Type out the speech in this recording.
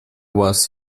вас